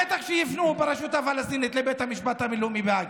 בטח שיפנו ברשות הפלסטינית לבית המשפט הבין-לאומי בהאג,